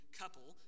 couple